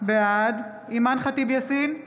בעד אימאן ח'טיב יאסין,